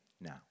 now